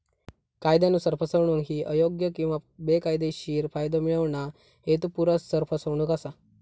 कायदयानुसार, फसवणूक ही अयोग्य किंवा बेकायदेशीर फायदो मिळवणा, हेतुपुरस्सर फसवणूक असा